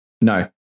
No